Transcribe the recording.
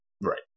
right